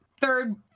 third